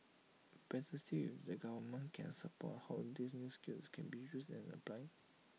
better still if the government can support how these new skills can be used and applied